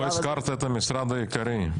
לא הזכרת את המשרד העיקרי.